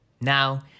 Now